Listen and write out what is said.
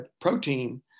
protein